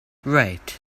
right